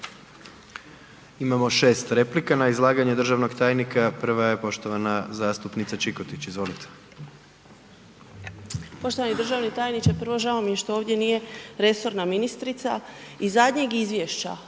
Imamo 6 replika na izlaganje državnog tajnika. Prva je poštovana zastupnica Čikotić, izvolite. **Čikotić, Sonja (MOST)** Poštovani državni tajniče. Prvo, žao mi je što ovdje nije resorna ministrica. Iz zadnjeg izvješća